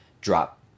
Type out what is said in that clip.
drop